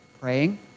praying